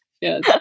Yes